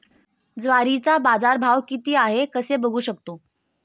ज्वारीचा बाजारभाव किती आहे कसे बघू शकतो?